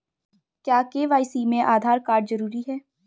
क्या के.वाई.सी में आधार कार्ड जरूरी है?